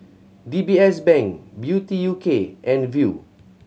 D B S Bank Beauty U K and Viu